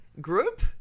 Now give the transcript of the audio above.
group